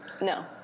No